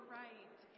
right